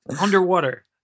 underwater